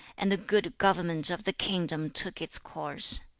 and the good government of the kingdom took its course.